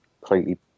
completely